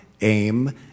aim